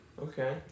Okay